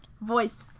voice